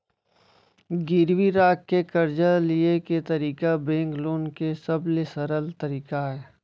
गिरवी राख के करजा लिये के तरीका बेंक लोन के सबले सरल तरीका अय